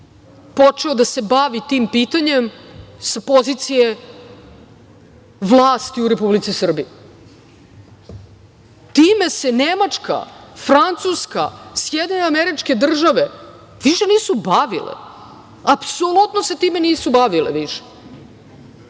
počeo da se bavi tim pitanjem sa pozicije vlasti u Republici Srbiji. Time se Nemačka, Francuska, SAD više nisu bavile, apsolutno se time nisu bavile više,